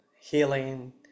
healing